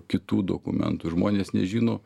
kitų dokumentų žmonės nežino